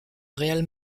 real